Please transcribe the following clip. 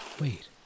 Wait